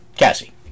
Cassie